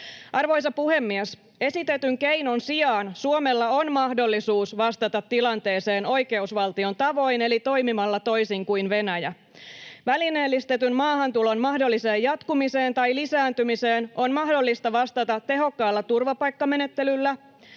Arvoisa puhemies! Esitetyn keinon sijaan Suomella on mahdollisuus vastata tilanteeseen oikeusvaltion tavoin eli toimimalla toisin kuin Venäjä. Välineellistetyn maahantulon mahdolliseen jatkumiseen tai lisääntymiseen on mahdollista vastata tehokkaalla turvapaikkamenettelyllä